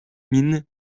mines